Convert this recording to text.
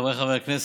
חבריי חברי הכנסת,